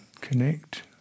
connect